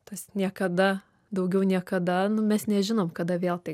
tas niekada daugiau niekada nu mes nežinom kada vėl tai